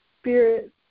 spirit